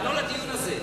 אבל לא לדיון הזה.